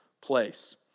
Place